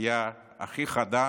העלייה הכי חדה